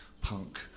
punk